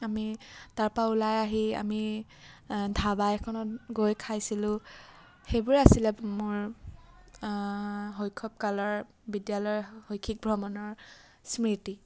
আমি তাৰপৰা ওলাই আহি আমি ধাবা এখনত গৈ খাইছিলোঁ সেইবোৰে আছিলে মোৰ শৈশৱকালৰ বিদ্যালয়ৰ শৈক্ষিক ভ্ৰমণৰ স্মৃতি